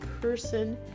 person